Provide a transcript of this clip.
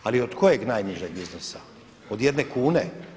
Ali od kojeg najnižeg iznosa od jedne kune?